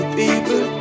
people